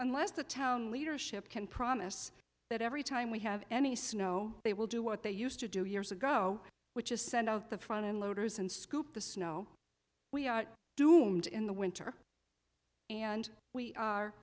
unless the town leadership can promise that every time we have any snow they will do what they used to do years ago which is send out the front end loaders and scoop the snow we are doomed in the winter and we are